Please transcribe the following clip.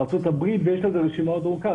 ארה"ב ויש רשימה עוד ארוכה,